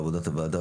בעבודת הוועדה,